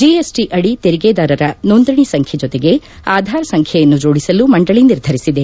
GST ಅಡಿ ತೆರಿಗೆದಾರರ ನೋಂದಣಿ ಸಂಖ್ಯೆ ಜೊತೆಗೆ ಆಧಾರ್ ಸಂಖ್ಯೆಯನ್ನು ಜೋಡಿಸಲು ಮಂಡಳಿ ನಿರ್ಧರಿಸಿದೆ